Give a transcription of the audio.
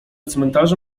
cmentarze